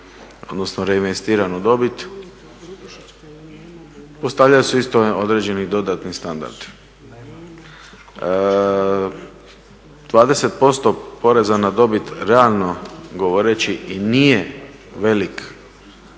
odnosno reinvestiranu dobit postavljaju se isto dodatni standardi. 20% poreza na dobit realno govoreći i nije velik